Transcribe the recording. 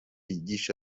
yigisha